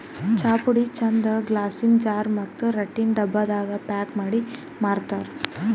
ಚಾಪುಡಿ ಚಂದ್ ಗ್ಲಾಸಿನ್ ಜಾರ್ ಮತ್ತ್ ರಟ್ಟಿನ್ ಡಬ್ಬಾದಾಗ್ ಪ್ಯಾಕ್ ಮಾಡಿ ಮಾರ್ತರ್